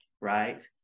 right